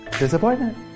Disappointment